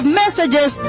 messages